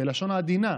בלשון עדינה,